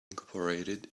incorporated